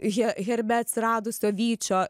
he herbe atsiradusio vyčio